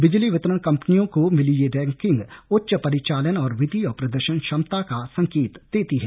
बिजली वितरण कंपनियों को मिली यह रैंकिंग उच्च परिचालन और वित्तीय प्रदर्शन क्षमता का संकेत देती है